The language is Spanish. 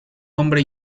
hombre